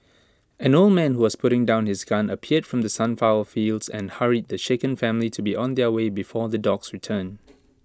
an old man who was putting down his gun appeared from the sunflower fields and hurried the shaken family to be on their way before the dogs return